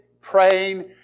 praying